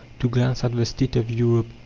to glance at the state of europe,